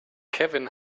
kevin